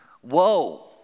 whoa